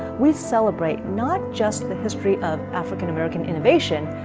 we celebrate not just the history of african american innovation,